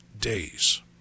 days